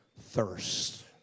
thirst